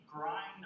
grind